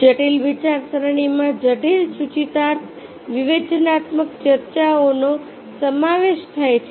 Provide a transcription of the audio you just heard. જટિલ વિચારસરણીમાં જટિલ સૂચિતાર્થ વિવેચનાત્મક ચર્ચાઓનો સમાવેશ થાય છે